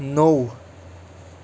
نوٚو